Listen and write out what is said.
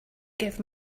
give